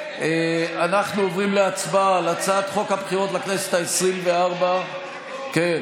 אנחנו עוברים להצבעה על הצעת חוק הבחירות לכנסת העשרים-וארבע (הוראות